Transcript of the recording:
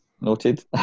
Noted